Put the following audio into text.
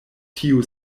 tiu